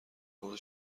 خورده